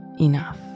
enough